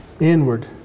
Inward